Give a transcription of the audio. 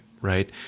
Right